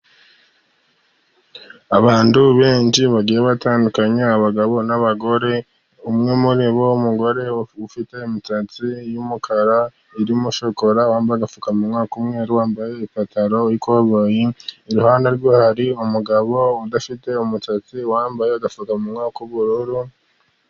Abantu benshi bagiye batandukanye; abagabo n'abagore umwe muribo n'umugore ufite imitatsi y'umukara irimo shokora, wambaye agapfukamunwa, wambaye ipantaro y'ikobayi, iruhande rwe hari umugabo udafite umusatsi, wambaye agafuka mumunwa kubururu.